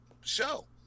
show